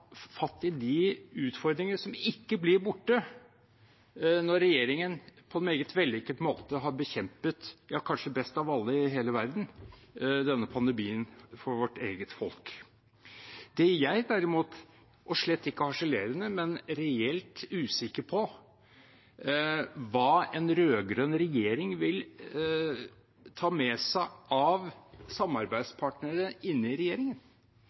fatt i de utfordringer som ikke blir borte når regjeringen på en meget vellykket måte har bekjempet – ja, kanskje best av alle i hele verden – denne pandemien for vår eget folk. Det jeg derimot, slett ikke harselerende, men reelt er usikker på, er hva en rød-grønn regjering vil ta med seg av samarbeidspartnere i regjeringen,